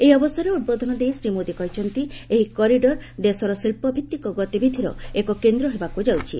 ଏହି ଅବସରରେ ଉଦ୍ବୋଧନ ଦେଇ ଶ୍ରୀ ମୋଦି କହିଛନ୍ତି ଏହି କରିଡର ଦେଶର ଶିଳ୍ପ ଭିତ୍ତିକ ଗତିବିଧିର ଏକ କେନ୍ଦ୍ର ହେବାକୁ ଯାଉଛି